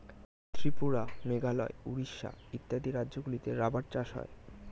ত্রিপুরা, মেঘালয়, উড়িষ্যা ইত্যাদি রাজ্যগুলিতে রাবার চাষ হয়